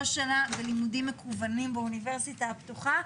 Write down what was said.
שלה בלימודים מקוונים באוניברסיטה הפתוחה.